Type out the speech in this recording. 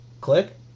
Click